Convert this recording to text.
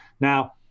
Now